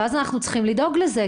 ואז אנחנו צריכים לדאוג לזה,